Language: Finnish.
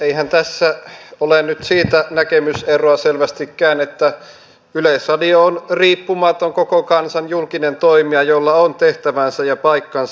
eihän tässä ole nyt siitä selvästikään näkemyseroa että yleisradio on riippumaton koko kansan julkinen toimija jolla on tehtävänsä ja paikkansa